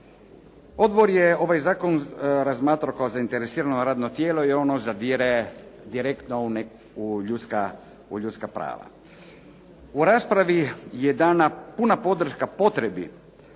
Odbor je ovaj zakon razmatrao kao zainteresirano radno tijelo i ono zadire direktno u ljudska prava. U raspravi je dana puna podrška potrebi